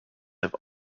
have